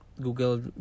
Google